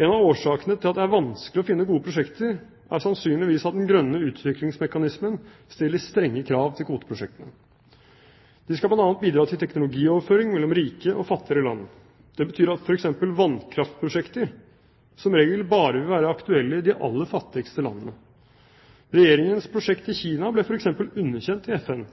En av årsakene til at det er vanskelig å finne gode prosjekter, er sannsynligvis at den grønne utviklingsmekanismen stiller strenge krav til kvoteprosjektene. De skal bl.a. bidra til teknologioverføring mellom rike og fattigere land. Det betyr at f.eks. vannkraftprosjekter som regel bare vil være aktuelle i de aller fattigste landene. Regjeringens prosjekt i Kina ble f.eks. underkjent i FN.